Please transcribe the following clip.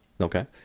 Okay